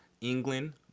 England